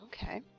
Okay